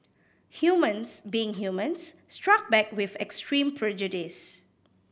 humans being humans struck back with extreme prejudice